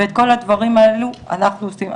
ואת כל הדברים האלה אנחנו עושים.